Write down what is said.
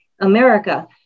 America